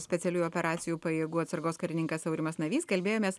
specialiųjų operacijų pajėgų atsargos karininkas aurimas navys kalbėjomės